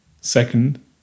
second